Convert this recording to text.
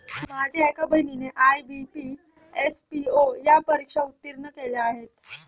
माझ्या एका बहिणीने आय.बी.पी, एस.पी.ओ या परीक्षा उत्तीर्ण केल्या आहेत